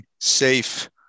safe